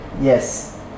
Yes